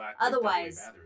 Otherwise